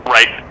Right